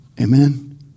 Amen